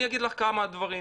אני אגיד לך כמה דברים.